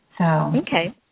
Okay